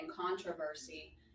controversy